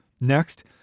Next